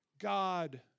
God